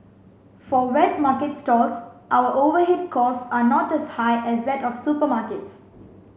for wet market stalls our overhead cost are not as high as that of supermarkets